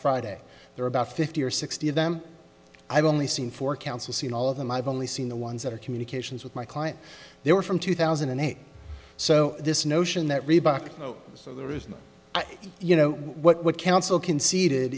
friday there are about fifty or sixty of them i've only seen for council seen all of them i've only seen the ones that are communications with my client they were from two thousand and eight so this notion that reebok so there is no you know what counsel conce